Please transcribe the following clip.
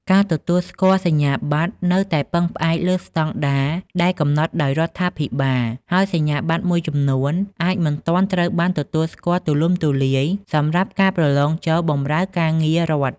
ការទទួលស្គាល់សញ្ញាបត្រនៅតែពឹងផ្អែកលើស្តង់ដារដែលកំណត់ដោយរដ្ឋាភិបាល ហើយសញ្ញាបត្រមួយចំនួនអាចមិនទាន់ត្រូវបានទទួលស្គាល់ទូលំទូលាយសម្រាប់ការប្រឡងចូលបម្រើការងាររដ្ឋ។